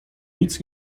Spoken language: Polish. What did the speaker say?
nic